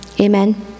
amen